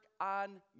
on